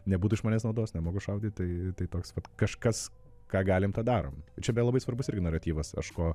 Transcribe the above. nebūtų iš manęs naudos nemoku šaudyt tai tai toks vat kažkas ką galim tą darom ir čia beje labai svarbus irgi naratyvas aš ko